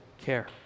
care